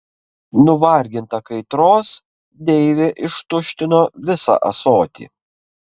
nuvarginta kaitros deivė ištuštino visą ąsotį